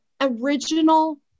original